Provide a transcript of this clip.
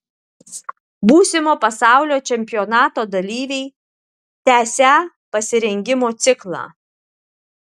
būsimo pasaulio čempionato dalyviai tęsią pasirengimo ciklą